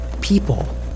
People